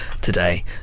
today